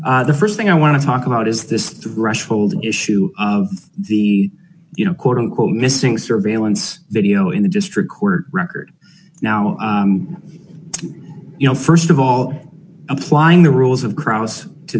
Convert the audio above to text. the st thing i want to talk about is this threshold issue of the you know quote unquote missing surveillance video in the district court record now you know st of all applying the rules of crowds to